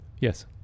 Yes